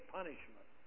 punishment